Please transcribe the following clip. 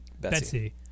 Betsy